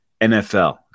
NFL